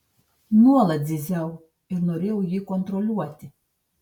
nuolat zyziau ir norėjau jį kontroliuoti